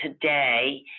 today